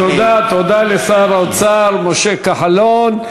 תודה לשר האוצר משה כחלון.